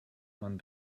man